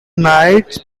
knights